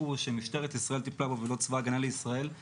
שמשטרת ישראל טיפלה בו ולא צבא הגנה לישראל,